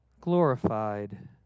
glorified